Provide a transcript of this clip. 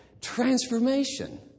transformation